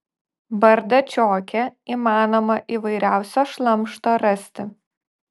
bardačioke įmanoma įvairiausio šlamšto rasti